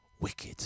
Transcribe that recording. wicked